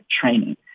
training